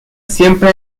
siempre